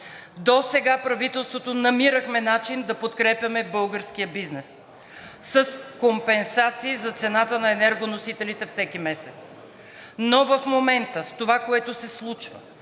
Досега правителството намирахме начин да подкрепяме българския бизнес с компенсации за цената на енергоносителите всеки месец. В момента с това, което се случва,